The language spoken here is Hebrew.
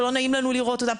שלא נעים לנו לראות אותם.